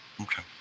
okay